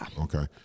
okay